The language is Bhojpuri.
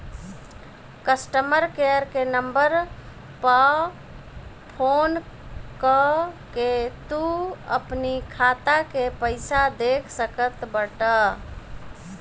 कस्टमर केयर के नंबर पअ फोन कअ के तू अपनी खाता के पईसा देख सकत बटअ